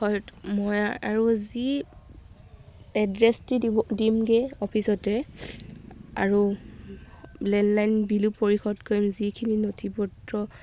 হয় মই আৰু যি এড্ৰেছটি দিব দিমগৈ অফিচতে আৰু লেণ্ডলাইন বিলো পৰিশোধ কৰিম যিখিনি নথি পত্ৰ